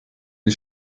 die